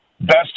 Best